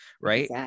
Right